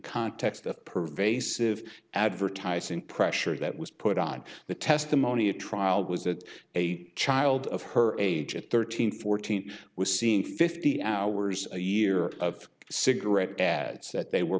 context of pervasive advertising pressure that was put on the testimony at trial was that a child of her age at thirteen fourteen was seeing fifty hours a year of cigarette ads that they were